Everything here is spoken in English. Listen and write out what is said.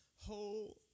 whole